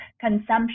Consumption